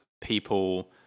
people